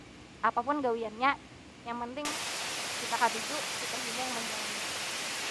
Apapun gawiannya, yang penting kita katuju, kita himung menjalaninya.